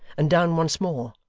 and down once more,